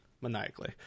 Maniacally